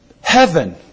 Heaven